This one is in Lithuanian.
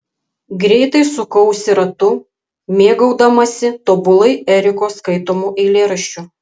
greitai sukausi ratu mėgaudamasi tobulai eriko skaitomu eilėraščiu